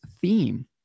theme